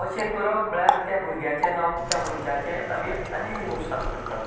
अशें करप म्हळ्यार त्या भुरग्यांचे जावं त्या मनशाचें आमी आनीक नुकसान करतात